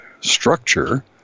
structure